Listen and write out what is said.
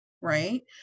right